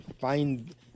find